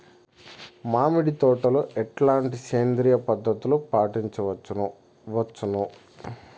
మామిడి తోటలో ఎట్లాంటి సేంద్రియ పద్ధతులు పాటించవచ్చును వచ్చును?